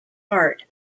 part